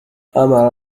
أمر